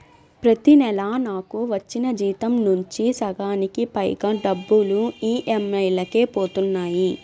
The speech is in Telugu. ప్రతి నెలా నాకు వచ్చిన జీతం నుంచి సగానికి పైగా డబ్బులు ఈ.ఎం.ఐ లకే పోతన్నాయి